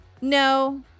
No